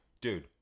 Dude